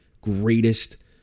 greatest